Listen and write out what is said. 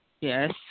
yes